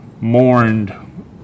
mourned